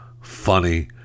funny